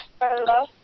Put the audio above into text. Hello